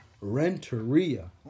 RENTERIA